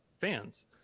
fans